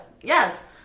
Yes